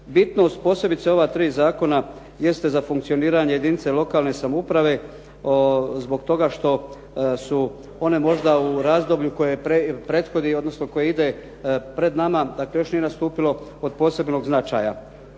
Bitno u posebice ova tri zakona jeste za funkcioniranje jedinice lokalne samouprave zbog toga što su one možda u razdoblju koje prethodi, odnosno koje ide pred nama, dakle, još nije nastupilo od posebnog značaja.